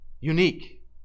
Unique